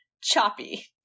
choppy